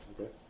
Okay